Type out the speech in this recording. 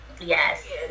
yes